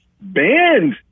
banned